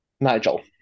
Nigel